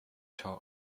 talk